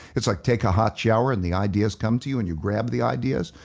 it's like take a hot shower and the ideas come to you and you grab the ideas.